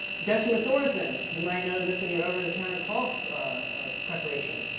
dextromethorphan. you might know this in your over the counter cough preparation.